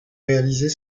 réaliser